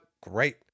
great